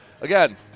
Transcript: Again